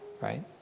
right